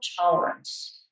tolerance